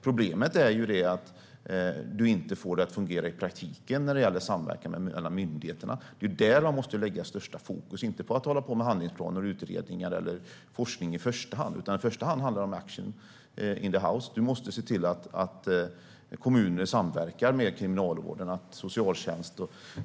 Problemet är att man inte får det att fungera i praktiken när det gäller samverkan mellan myndigheterna. Det är där man måste ha störst fokus, och inte på att hålla på med handlingsplaner, utredningar eller forskning i första hand. I första hand handlar det om action in the house. Man måste se till att kommuner samverkar med Kriminalvården och socialtjänst.